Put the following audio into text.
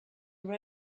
your